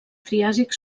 triàsic